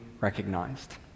recognized